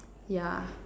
yeah